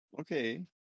Okay